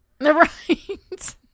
Right